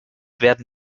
werden